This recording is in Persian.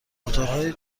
موتورهای